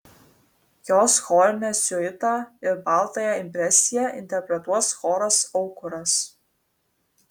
jos chorinę siuitą ir baltąją impresiją interpretuos choras aukuras